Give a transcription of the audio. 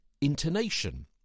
intonation